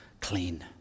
clean